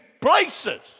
places